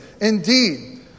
indeed